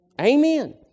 Amen